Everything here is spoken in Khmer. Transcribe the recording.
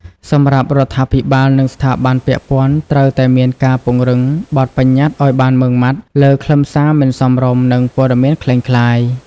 សម្រាប់រដ្ឋាភិបាលនិងស្ថាប័នពាក់ព័ន្ធ ត្រូវតែមានការ ពង្រឹងបទប្បញ្ញត្តិឲ្យបានម៉ឺងម៉ាត់ លើខ្លឹមសារមិនសមរម្យនិងព័ត៌មានក្លែងក្លាយ។